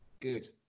Good